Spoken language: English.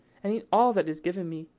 and eat all that is given me,